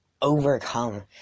overcome